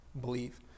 believe